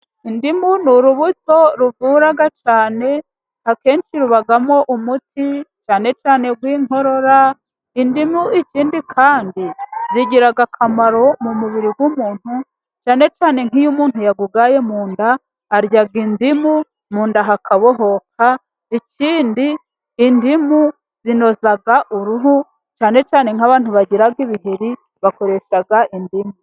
Indimu ni urubuto ruvura cyane akenshi rubamo umuti cyane cyane uw' inkorora. Indimu ikindi kandi, zigira akamaro mu mubiri w'umuntu cyane cyane nk'iyo umuntu yagugaye mu nda arya indimu mu nda hakabohoka. Ikindi indimu zinoza uruhu cyane cyane nk'abantu bagira ibiheri bakoresha indimu.